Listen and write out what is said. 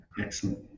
excellent